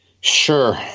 sure